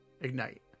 ignite